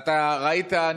אתה ראית כמוני,